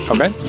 Okay